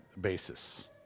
basis